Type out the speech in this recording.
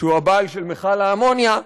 שהוא הבעלים של מכל האמוניה,